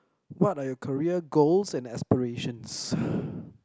what are your career goals and aspirations